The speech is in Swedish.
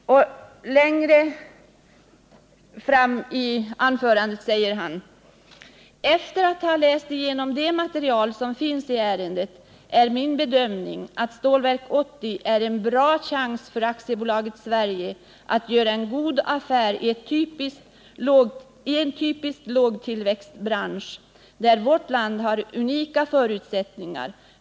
Längre fram i anförandet säger han: ”Efter att ha läst igenom det material som finns i ärendet är min bedömning att Stålverk 80 är en bra chans för AB Sverige att göra en god affär i en typisk lågtillväxtbransch, där vårt land har unika förutsättningar.